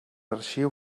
arxiu